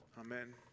Amen